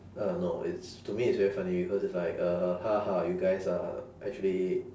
uh no it's to me it's very funny because it's like uh ha ha you guys are actually